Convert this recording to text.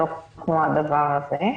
לא כמו הדבר הזה.